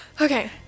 Okay